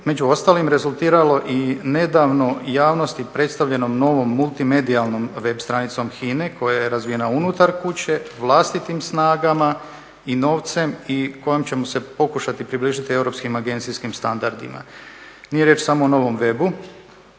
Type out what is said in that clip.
među ostalim rezultiralo i nedavno javnosti predstavljenom novom multimedijalnom web stranicom HINA-e koja je razvijena unutar kuće vlastitim snagama i novcem i kojom ćemo se pokušati približiti europskim agencijskim standardima. Nije riječ samo o novom webu